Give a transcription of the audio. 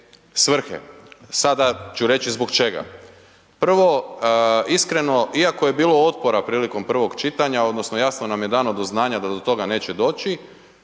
Sada ću reći zbog čega. Prvo, iskreno, iako je bilo otpora prilikom prvog čitanja odnosno jasno nam je dano do znanja da do toga neće doći,